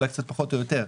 פחות או יותר.